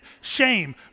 shame